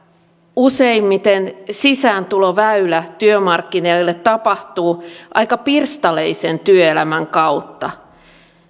useimmiten sisääntuloväylä työmarkkinoille tapahtuu aika pirstaleisen työelämän kautta